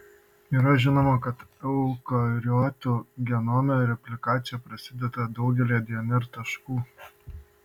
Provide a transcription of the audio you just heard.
yra žinoma kad eukariotų genome replikacija prasideda daugelyje dnr taškų